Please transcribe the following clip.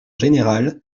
général